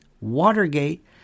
Watergate